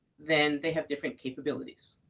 then they have different capabilities.